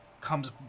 comes